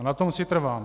A na tom si trvám.